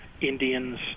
Indians